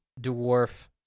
dwarf